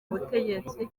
butegetsi